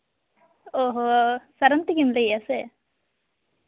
ᱚᱸ ᱦᱚᱸ ᱥᱟᱨᱚᱱᱛᱤ ᱜᱮᱢ ᱞᱟᱹᱭᱮᱜᱼᱟ ᱥᱮ